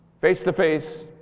face-to-face